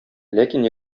ләкин